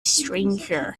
stranger